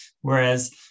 Whereas